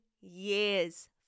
years